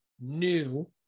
new